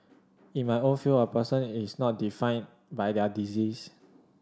in my own field a person is not defined by their disease